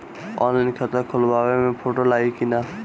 Online खाता खोलबाबे मे फोटो लागि कि ना?